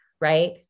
right